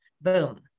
boom